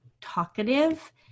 talkative